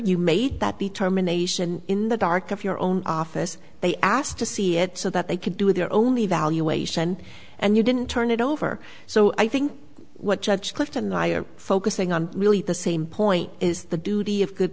you made that determination in the dark of your own office they asked to see it so that they could do their only evaluation and you didn't turn it over so i think what judge clifton and i are focusing on the same point is the duty of good